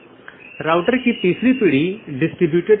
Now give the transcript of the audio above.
इस प्रकार एक AS में कई राऊटर में या कई नेटवर्क स्रोत हैं